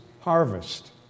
Harvest